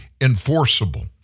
enforceable